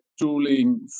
tooling